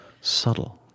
subtle